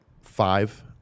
five